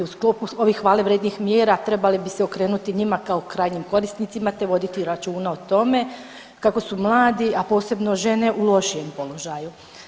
U sklopu ovih hvale vrijednih mjera trebali bi se okrenuti njima kao krajnjim korisnicima te voditi računa o tome kako su mladi, a posebno žene u lošijem položaju.